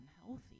unhealthy